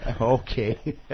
Okay